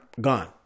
Gone